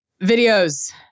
Videos